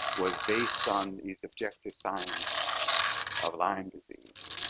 was based on these objective signs of lyme disease.